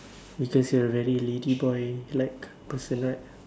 because you are a very ladyboy like person right